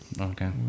Okay